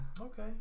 Okay